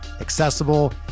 accessible